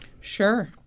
Sure